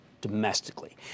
domestically